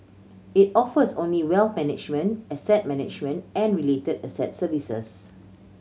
it offers only wealth management asset management and related asset services